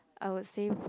I would say